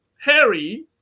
Harry